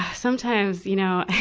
sometimes, you know,